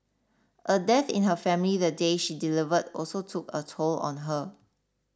a death in her family the day she delivered also took a toll on her